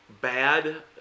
bad